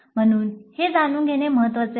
म्हणून हे जाणून घेणे महत्वाचे आहे